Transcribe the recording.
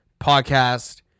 podcast